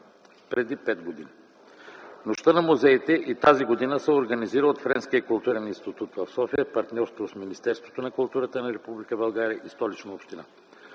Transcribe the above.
преди 5 години. Нощта на музеите и тази година се организира от Френския културен институт - София, в партньорство с Министерството на културата на Република България и Столичната община.